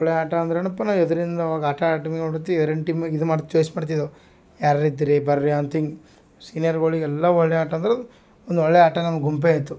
ಒಳ್ಳೆ ಆಟ ಅಂದರೇನಪ್ಪ ನಾವು ಎದರಿಂದ ಅವಾಗ ಆಟ ಆಡು ಎರಡು ಟೀಮ್ಗೆ ಇದು ಮಾಡಿ ಚಾಯ್ಸ್ ಮಾಡ್ತಿದೆವ್ ಯಾರಾರು ಇದ್ರಿ ಬರ್ರಿ ಅಂತ ಹಿಂಗೆ ಸೀನಿಯರ್ಗುಳಿಗೆ ಎಲ್ಲ ಒಳ್ಳೆ ಆಟ ಅಂದ್ರೆ ಒಂದು ಒಳ್ಳೆ ಆಟ ನಮ್ಮ ಗುಂಪೆ ಆಯಿತು